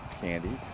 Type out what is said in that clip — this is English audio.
candy